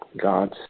God's